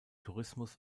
tourismus